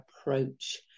approach